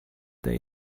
their